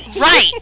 Right